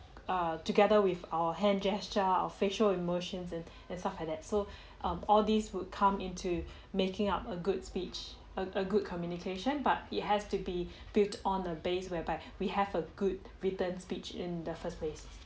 err together with our hand gesture of facial emotions and and stuff like that so um all these would come into making up a good speech a a good communication but it has to be built on a base whereby we have a good return speech in the first place